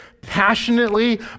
passionately